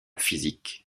physique